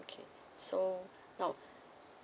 okay so now